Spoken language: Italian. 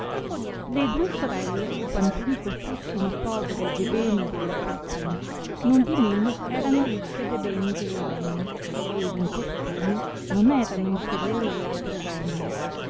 le due sorelle quantunque fussino povere de beni della fortuna nondimeno erano ricche de beni dell animo ed in costumi non erano inferiori all altre donne